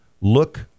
look